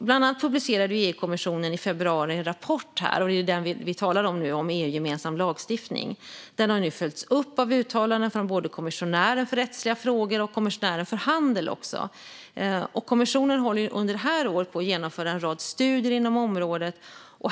Bland annat publicerade EU-kommissionen i februari en rapport - det är den vi talar om nu - om EU-gemensam lagstiftning. Den har nu följts upp av uttalanden från både kommissionären för rättsliga frågor och kommissionären för handel. Kommissionen håller under detta år också på att genomföra en rad studier inom området.